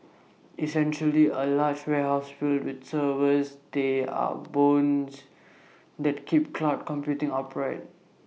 essentially A large warehouses filled with servers they are the bones that keep cloud computing upright